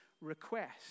request